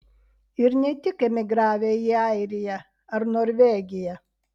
ir ne tik emigravę į airiją ar norvegiją